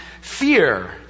fear